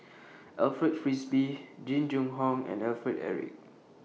Alfred Frisby Jing Jun Hong and Alfred Eric